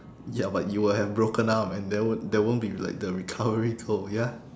ya but you will have broken arm and there wo~ there won't be like the recovery girl ya